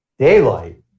Daylight